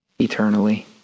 eternally